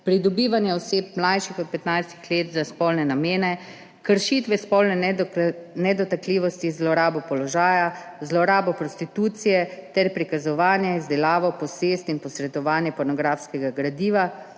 pridobivanje oseb, mlajših od 15 let, za spolne namene, kršitve spolne nedotakljivosti in zlorabo položaja, zlorabo prostitucije ter prikazovanje, izdelavo, posest in posredovanje pornografskega gradiva,